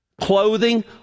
clothing